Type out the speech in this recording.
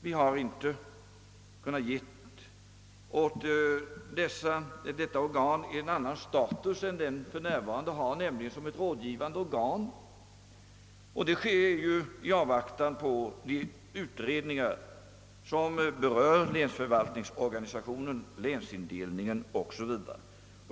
Vi har inte kunnat ge detta organ en annan status än det för närvarande har, nämligen som ett rådgivande organ. Det har skett i avvaktan på de utredningar som berör länsförvaltningsorganisationen, länsindelningen o.s.v.